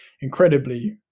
incredibly